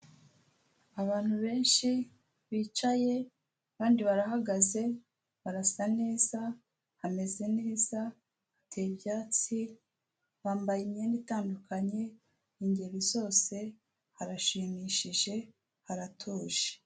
Abantu benshi bicaye, abandi barahagaze, barasa neza, hameze neza, hateye ibyatsi, bambaye imyenda itandukanye mu ngeri zose, harashimishije, haratuje.